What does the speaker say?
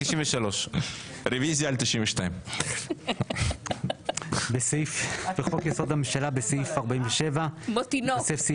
93. רביזיה על 92. בחוק יסוד הממשלה בסעיף 47 ייווסף סעיף